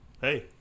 hey